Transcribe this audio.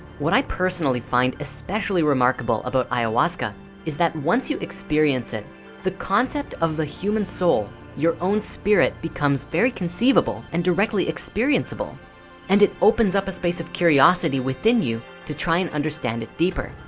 what i personally find especially remarkable about ayahuasca is that once you experience it the concept of the human soul your own spirit becomes very conceivable and directly experienceable and it opens up a space of curiosity within you to try and understand it deeper.